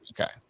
Okay